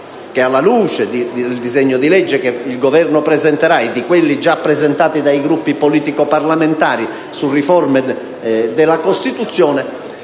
che, alla luce del disegno di legge che il Governo presenterà e di quelli già presentati dai Gruppi politico-parlamentari su riforme della Costituzione,